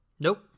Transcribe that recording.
Nope